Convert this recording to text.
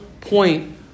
point